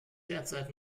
derzeit